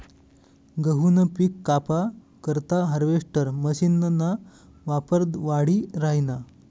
गहूनं पिक कापा करता हार्वेस्टर मशीनना वापर वाढी राहिना